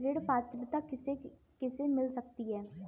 ऋण पात्रता किसे किसे मिल सकती है?